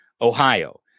Ohio